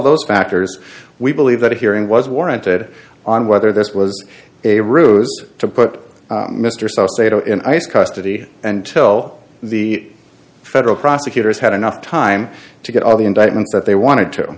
those factors we believe that hearing was warranted on whether this was a ruse to put mr cell sado in ice custody until the federal prosecutors had enough time to get all the indictments that they wanted